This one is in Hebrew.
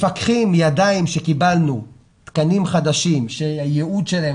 להגיד שקיבלנו תקנים חדשים שהייעוד שלהם